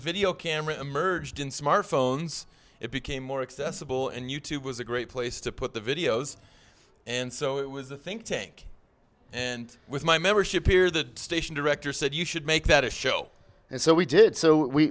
video camera emerged in smartphones it became more accessible and youtube was a great place to put the videos and so it was a think tank and with my membership peers the station director said you should make that a show and so we did so